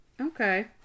okay